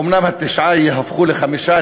אומנם התשעה יהפכו לחמישה,